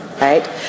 right